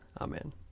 Amen